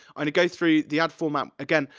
and go through the ad format. again,